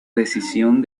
decisión